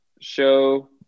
show